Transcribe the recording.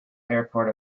airport